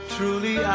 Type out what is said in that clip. Truly